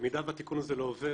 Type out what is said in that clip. במידה והתיקון הזה לא עובר,